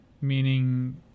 meaning